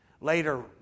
Later